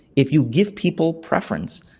if you give people preference,